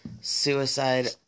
Suicide